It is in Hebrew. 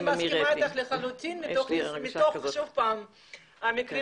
אני לחלוטין מסכימה אתך מתוך המקרים